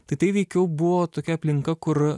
tai tai veikiau buvo tokia aplinka kur